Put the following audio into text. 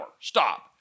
Stop